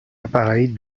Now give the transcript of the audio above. appareil